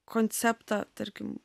konceptą tarkim